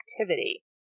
activity